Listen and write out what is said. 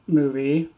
movie